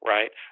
Right